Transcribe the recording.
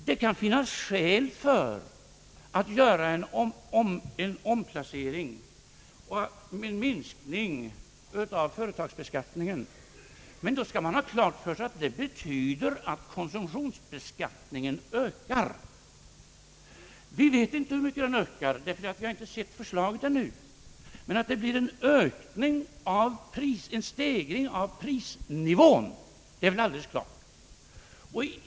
Det kan finnas skäl att göra en omplacering som medför minskning av företagsbeskattningen, men då skall man ha klart för sig att detta betyder att konsumtionsbeskattningen ökar. Vi vet inte hur mycket den ökar, ty vi har inte sett förslaget än, men att det blir en höjning av prisnivån är klart.